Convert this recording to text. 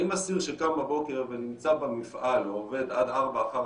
האם אסיר שקם בבוקר ונמצא במפעל ועובד עד ארבע אחר